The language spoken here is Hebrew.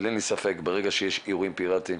אבל אין לי ספק, ברגע שיש אירועים פיראטיים,